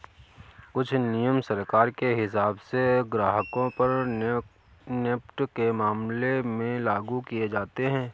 कुछ नियम सरकार के हिसाब से ग्राहकों पर नेफ्ट के मामले में लागू किये जाते हैं